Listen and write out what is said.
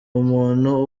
umuntu